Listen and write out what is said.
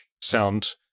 sound